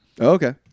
Okay